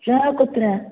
श्वः कुत्र